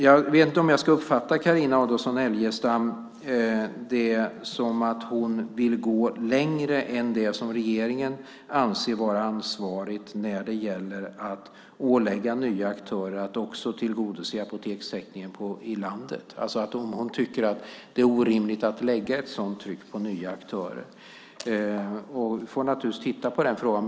Jag vet inte om jag ska uppfatta Carina Adolfsson Elgestam som att hon vill gå längre än vad regeringen anser att man ska ansvara för när det gäller att ålägga nya aktörer att också tillgodose apotekstäckningen i landet, alltså om hon tycker att det är orimligt att lägga ett sådant tryck på nya aktörer. Vi får naturligtvis titta på den frågan.